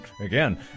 again